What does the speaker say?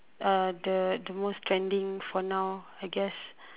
uh the the most trending for now I guess